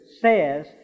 says